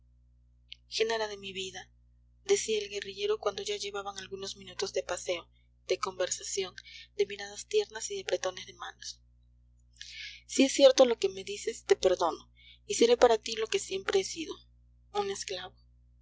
genara de mi vida decía el guerrillero cuando ya llevaban algunos minutos de paseo de conversación de miradas tiernas y de apretones de manos si es cierto lo que me dices te perdono y seré para ti lo que siempre he sido un esclavo